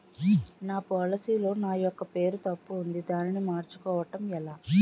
నా పోలసీ లో నా యెక్క పేరు తప్పు ఉంది దానిని మార్చు కోవటం ఎలా?